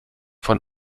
von